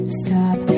stop